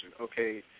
okay